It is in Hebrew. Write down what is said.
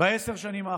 בעשר השנים האחרונות,